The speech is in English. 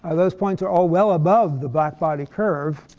ah those points are all well above the black-body curve.